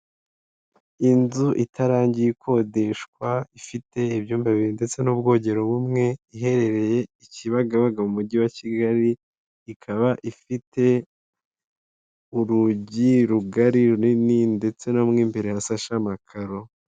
Inzu itarangiye ikodeshwa ifite ibyumba bibiri ndetse n'ubwogero bumwe, iherereye i Kibagabaga mu mujyi wa Kigali ikaba ifite urugi rugari runini ndetse no mu imbere hasashe makaro.